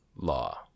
law